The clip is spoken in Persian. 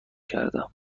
کردم